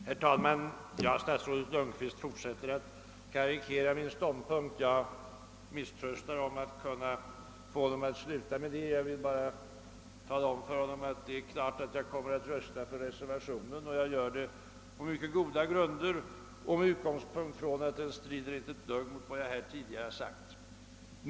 Herr talman! Statsrådet Lundkvist fortsätter att karikera min ståndpunkt, och jag misströstar att kunna få honom att sluta med det. Jag vill bara tala om för honom att det är klart att jag kommer att rösta för reservationen. Jag gör det på mycket goda grunder och med utgångspunkt från att den inte strider ett dugg mot vad jag här tidigare har sagt.